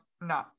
no